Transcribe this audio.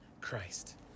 Christ